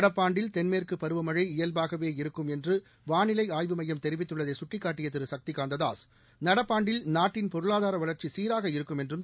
நடப்பாண்டில் தென்மேற்கு பருவமழை இயல்பாகவே இருக்கும் என்று வானிலை ஆய்வு மையம் தெரிவித்துள்ளதை சுட்டிக்காட்டிய நடப்பாண்டில் நாட்டின் பொருளாதார வளா்ச்சி சீராக இருக்கும் என்றும் திரு